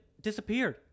disappeared